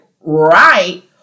right